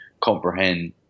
comprehend